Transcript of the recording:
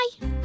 bye